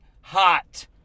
hot